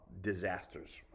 disasters